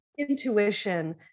intuition